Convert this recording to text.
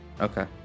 okay